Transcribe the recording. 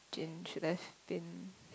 should have been